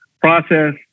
process